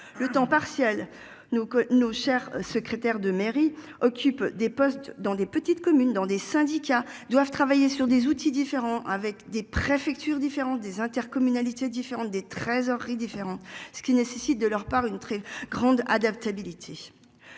le temps partiel nous que nos chers secrétaire de mairie occupent des postes dans des petites communes dans des syndicats doivent travailler sur des outils différents, avec des préfectures différentes des intercommunalités différentes des trésoreries différents ce qui nécessite de leur part une très grande adaptabilité.